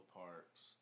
parks